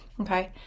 okay